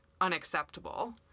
unacceptable